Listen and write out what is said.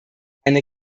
eine